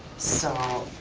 so